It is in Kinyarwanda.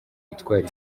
gutwara